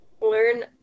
learn